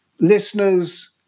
listeners